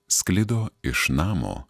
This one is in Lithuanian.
sklido iš namo